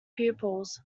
pupils